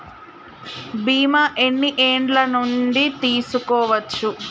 బీమా ఎన్ని ఏండ్ల నుండి తీసుకోవచ్చు?